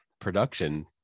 production